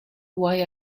why